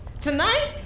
Tonight